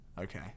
okay